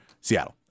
Seattle